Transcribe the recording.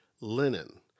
linen